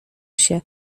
się